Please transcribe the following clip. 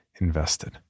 invested